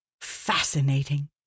Fascinating